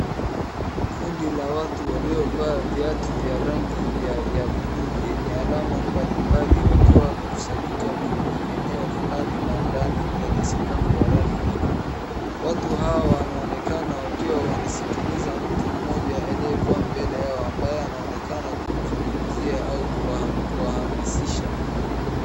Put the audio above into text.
Kundi la watu waliovaa viatu vya rangi ya blue yenye alama mbalimbali wakiwa wamekusanyika kwenye eneo fulani la ndani lenye sakafu nyekundu, watu hawa wanaonekana wakiwa wanasikiliza mtu mmoja aliyekuwa mbele yao ambaye anaonekana akimzungumzia au kuwahamasisha.